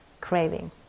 craving